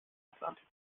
atlantik